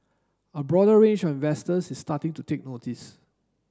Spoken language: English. a broader range of investors is starting to take notice